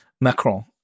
Macron